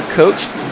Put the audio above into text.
coached